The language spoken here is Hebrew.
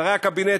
שרי הקבינט,